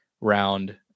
round